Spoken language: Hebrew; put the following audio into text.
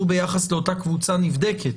ביחס לאותה קבוצה נבדקת.